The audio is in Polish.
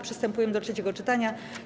Przystępujemy do trzeciego czytania.